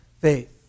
faith